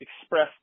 expressed